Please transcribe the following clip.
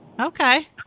Okay